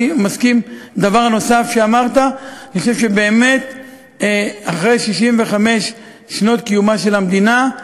אני מסכים לדבר נוסף שאמרת: אחרי 65 שנות קיומה של המדינה,